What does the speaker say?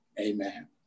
Amen